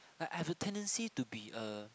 like I have a tendency to be a